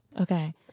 Okay